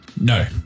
no